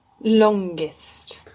Longest